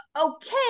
Okay